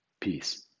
Peace